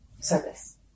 service